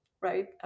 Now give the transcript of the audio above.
right